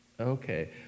Okay